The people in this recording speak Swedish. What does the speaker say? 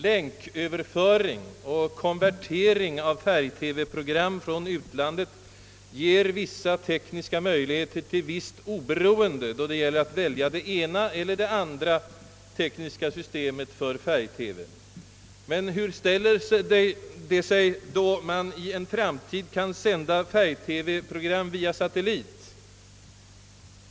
Länköverföring och konvertering av färg-TV-program från utlandet ger vissa tekniska möjligheter till visst oberoende då det gäller att välja det ena eller det andra tekniska systemet för färg-TV. Men hur ställer det sig, då man i en framtid kan sända färg-TV-program via satellit?